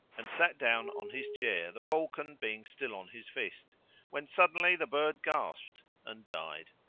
and sat down on his chair, the falcon being still on his fist when suddenly the bird gasped and died